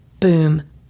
boom